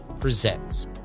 presents